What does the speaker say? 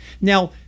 Now